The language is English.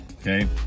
Okay